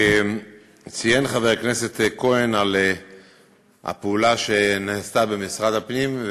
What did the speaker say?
ציין חבר הכנסת כהן את הפעולה שנעשתה במשרד הפנים.